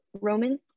Roman